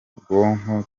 bwonko